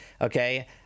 okay